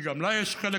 כי גם לה יש חלק